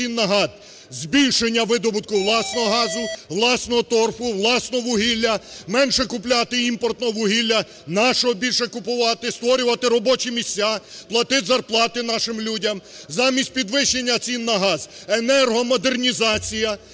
збільшення видобутку власного газу, власного торфу, власного вугілля, менше купляти імпортного вугілля, нашого більше купувати, створювати робочі місця, платити зарплати нашим людям. Замість підвищення цін на газ - енергомодернізація,